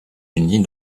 unis